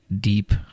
deep